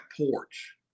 porch